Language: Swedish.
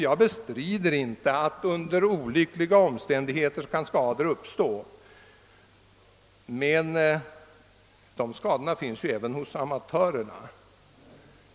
Jag bestrider inte att det under olyckliga omständigheter kan uppstå skador, men dessa skador förekommer även hos amatörerna.